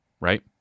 Right